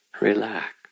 Relax